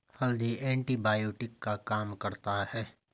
हल्दी एंटीबायोटिक का काम करता है